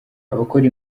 abakora